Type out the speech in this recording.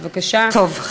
בבקשה, טוב.